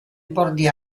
bordi